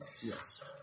Yes